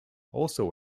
also